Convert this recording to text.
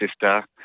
sister